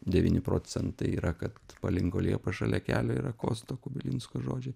devyni procentai yra kad palinko liepa šalia kelio yra kosto kubilinsko žodžiai